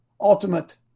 ultimate